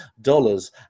dollars